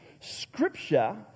Scripture